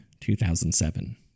2007